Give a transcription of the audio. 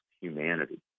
humanity